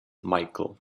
michael